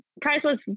priceless